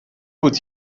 بود